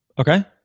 Okay